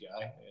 guy